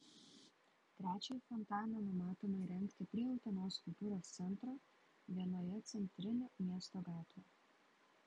trečiąjį fontaną numatoma įrengti prie utenos kultūros centro vienoje centrinių miesto gatvių